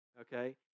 okay